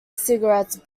cigarettes